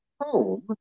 home